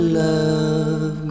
love